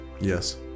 Yes